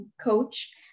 coach